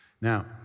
Now